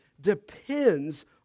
depends